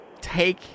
take